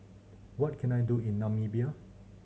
what can I do in Namibia